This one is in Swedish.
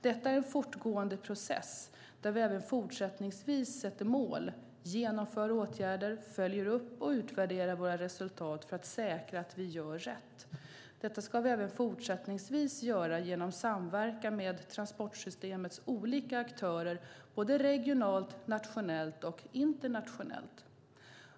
Detta är en fortgående process där vi även fortsättningsvis sätter mål, genomför åtgärder, följer upp och utvärderar våra resultat för att säkra att vi gör rätt. Detta ska vi även fortsättningsvis göra genom samverkan med transportsystemets olika aktörer, regionalt, nationellt och internationellt.